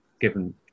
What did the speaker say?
given